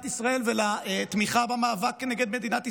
ישראל ולתמיכה במאבק כנגד מדינת ישראל.